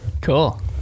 Cool